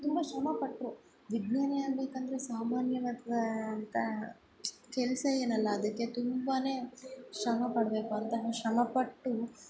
ತುಂಬ ಶ್ರಮ ಪಟ್ಟರು ವಿಜ್ಞಾನಿ ಆಗಬೇಕಂದ್ರೆ ಸಾಮಾನ್ಯವಾದಂಥ ಕೆಲಸಯೇನಲ್ಲ ಅದಕ್ಕೆ ತುಂಬಾ ಶ್ರಮ ಪಡಬೇಕು ಅಂತಾರೆ ಶ್ರಮಪಟ್ಟು